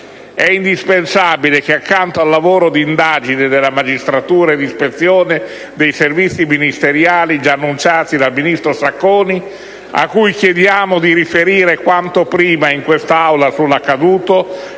È indispensabile che, accanto al lavoro di indagine della magistratura e di ispezione dei servizi ministeriali già annunciati dal ministro Sacconi, a cui chiediamo di riferire quanto prima in quest'Aula sull'accaduto,